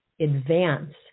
advance